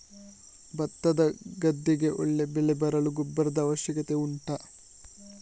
ಭತ್ತದ ಗದ್ದೆಗೆ ಒಳ್ಳೆ ಬೆಳೆ ಬರಲು ಗೊಬ್ಬರದ ಅವಶ್ಯಕತೆ ಉಂಟಾ